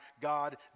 God